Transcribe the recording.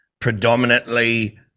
predominantly